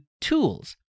tools